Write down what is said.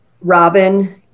Robin